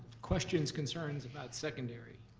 questions, concerns about secondary?